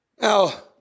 now